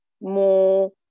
more